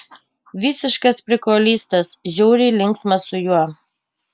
visiškas prikolistas žiauriai linksma su juo